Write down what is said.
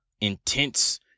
intense